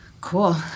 Cool